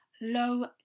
Low